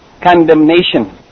Condemnation